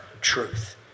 truth